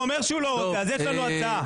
הוא אומר שהוא לא רוצה, אז יש לנו הצעה.